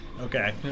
Okay